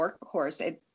workhorse